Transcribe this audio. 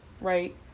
right